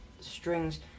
strings